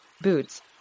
Boots